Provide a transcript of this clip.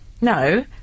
No